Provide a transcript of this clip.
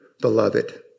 Beloved